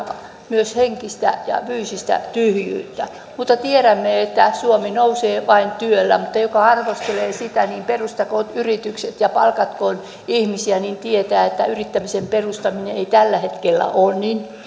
myös henkistä ja fyysistä tyhjyyttä mutta tiedämme että suomi nousee vain työllä joka arvostelee sitä niin perustakoon yrityksen ja palkatkoon ihmisiä niin että tietää että yrityksen perustaminen ei tällä hetkellä ole niin